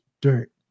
dirt